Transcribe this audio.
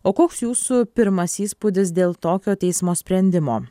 o koks jūsų pirmas įspūdis dėl tokio teismo sprendimo